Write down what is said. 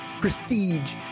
prestige